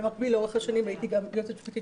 במקביל לאורך השנים הייתי גם יועצת משפטית